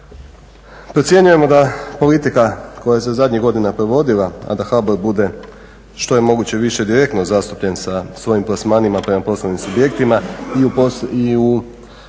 Procjenjujemo da politika koja se zadnjih godina provodila a da HBOR bude što je moguće više direktno zastupljen sa svojim plasmanima prema poslovnim subjektima i u …/Govornik se